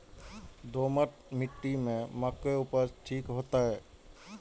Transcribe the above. दोमट मिट्टी में मक्के उपज ठीक होते?